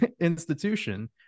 institution